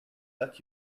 that